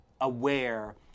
aware